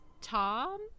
Tom